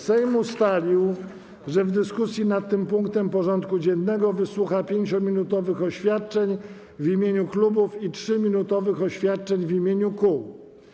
Sejm ustalił, że w dyskusji nad tym punktem porządku dziennego wysłucha 5-minutowych oświadczeń w imieniu klubów i 3-minutowych oświadczeń w imieniu kół.